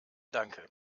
danke